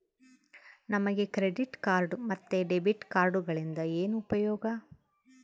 ನಮಗೆ credit card ಮತ್ತು debit ಕಾರ್ಡುಗಳಿಂದ ಏನು ಉಪಯೋಗ?